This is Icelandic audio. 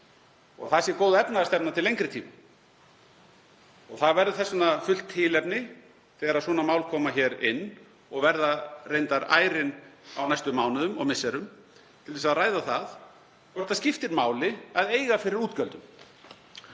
að það sé góð efnahagsstefna til lengri tíma. Það verður þess vegna fullt tilefni þegar svona mál koma hér inn, og verða reyndar ærin á næstu mánuðum og misserum, til þess að ræða það hvort það skiptir máli að eiga fyrir útgjöldum.